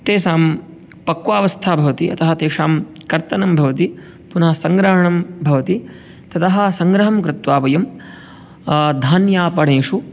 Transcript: तेषां पक्वावस्था भवति अतः तेषां कर्तनं भवति पुनः सङ्ग्रहणं भवति ततः सङ्ग्रहं कृत्वा वयं धान्यापणेषु